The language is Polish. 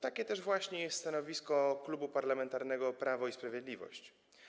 Takie też właśnie jest stanowisko Klubu Parlamentarnego Prawo i Sprawiedliwość.